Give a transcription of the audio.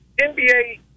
NBA